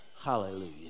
Hallelujah